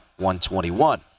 121